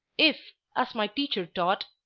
if, as my teacher taught,